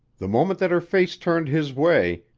the moment that her face turned his way,